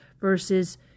versus